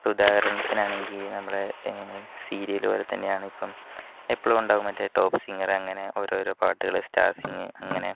ഇപ്പോൾ ഉദാഹരണത്തിനാണെങ്കിൽ നമ്മളുടെ സീരിയൽ പോലെ തന്നെയാണ് ഇപ്പം എപ്പോഴും ഉണ്ടാകും മറ്റേ ടോപ് സിംഗർ അങ്ങനെ ഓരോരോ പാട്ടുകൾ സ്റ്റാർ സിങ്ങ് അങ്ങനെ